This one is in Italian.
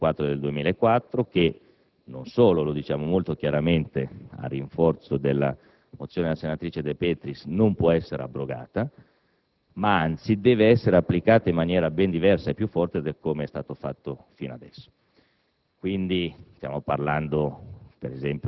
Ci rifacciamo naturalmente alla legge n. 204 del 2004 che non solo - lo diciamo molto chiaramente a rinforzo della mozione della senatrice De Petris - non può essere abrogata, ma anzi deve essere applicata in maniera ben diversa e più forte di come è stato fatto fino adesso.